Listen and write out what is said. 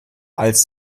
als